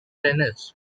tennis